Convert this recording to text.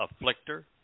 afflictor